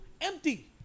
empty